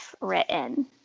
written